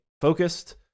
focused